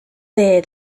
there